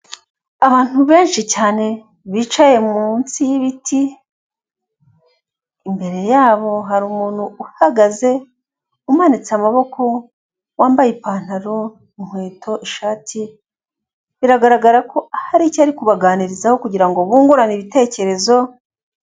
Abantu benshi cyane bicaye munsi y'ibiti, imbere yabo hari umuntu uhagaze umanitse amaboko wambaye ipantaro n'ikweto, ishati, biragaragara ko hari icyo ari kubaganirizaho kugirango bungurane ibitekerezo.